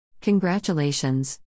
Congratulations